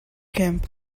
camp